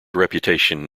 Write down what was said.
reputation